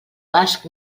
basc